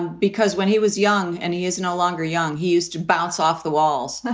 and because when he was young and he is no longer young, he used to bounce off the walls.